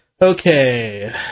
Okay